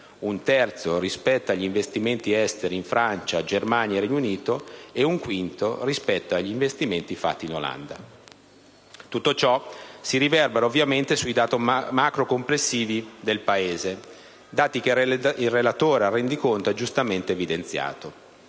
un terzo rispetto agli investimenti esteri in Francia, Germania e Regno Unito e un quinto rispetto agli investimenti fatti in Olanda. Tutto ciò si riverbera ovviamente sui dati macro- complessivi del Paese, dati che il relatore al rendiconto ha giustamente evidenziato.